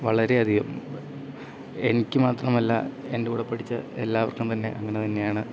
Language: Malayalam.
വളരെയധികം എനിക്ക് മാത്രമല്ല എൻ്റെ കൂടെ പഠിച്ച എല്ലാവർക്കും തന്നെ അങ്ങനെ തന്നെയാണ്